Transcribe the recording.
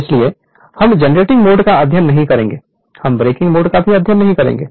इसलिए हम generating mode का अध्ययन नहीं करेंगे हम ब्रेकिंग मोड का भी अध्ययन नहीं करेंगे